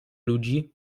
ludzi